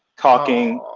talking,